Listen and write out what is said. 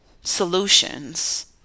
solutions